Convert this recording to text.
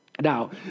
Now